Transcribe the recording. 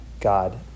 God